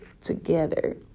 together